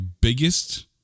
biggest